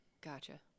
gotcha